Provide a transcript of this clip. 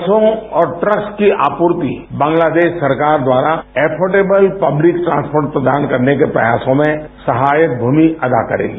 बसों और ट्रकस की आपूर्ति बांग्लादेश सरकार द्वारा एर्फोटेबल पब्लिक ट्रांसपोर्ट प्रदान करने के प्रयासों में सहायक भूमिका अदा करेगी